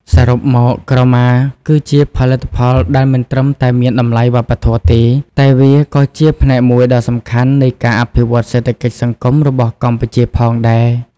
សរុបមក ក្រមាគឺជាផលិតផលដែលមិនត្រឹមតែមានតម្លៃវប្បធម៌ទេ តែវាក៏ជាផ្នែកមួយដ៏សំខាន់នៃការអភិវឌ្ឍសេដ្ឋកិច្ចសង្គមរបស់កម្ពុជាផងដែរ។